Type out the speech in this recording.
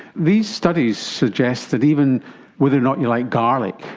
these studies suggest that even whether or not you like garlic,